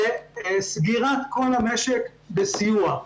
אבל אנחנו בשלבים לסגירת כל המשק בסיוע.